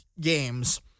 games